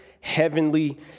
heavenly